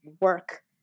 work